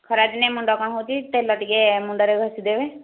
ଖରା ଦିନେ ମୁଣ୍ଡ କ'ଣ ହେଉଛି ତେଲ ଟିକେ ମୁଣ୍ଡରେ ଘଷିଦେବେ